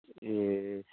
ए